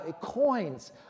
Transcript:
coins